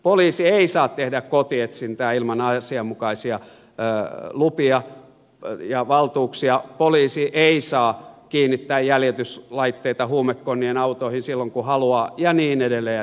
poliisi ei saa tehdä kotietsintää ilman asianmukaisia lupia ja valtuuksia poliisi ei saa kiinnittää jäljityslaitteita huumekonnien autoihin silloin kun haluaa ja niin edelleen ja niin edelleen